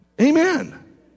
Amen